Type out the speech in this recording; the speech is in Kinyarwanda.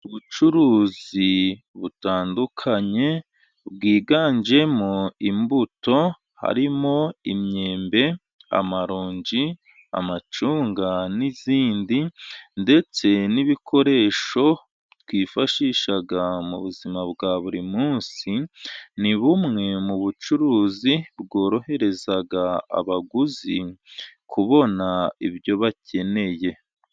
Ubucuruzi butandukanye, bwiganjemo imbuto ,harimo : imyembe ,amaronji, amacunga n'izindi . Ndetse n'ibikoresho twifashisha mu buzima bwa buri munsi, ni bumwe mu bucuruzi bworohereza abaguzi kubona ibyo bakeneye.